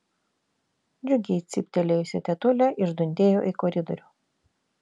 džiugiai cyptelėjusi tetulė išdundėjo į koridorių